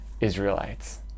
Israelites